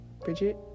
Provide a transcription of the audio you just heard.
Bridget